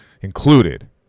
included